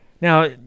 Now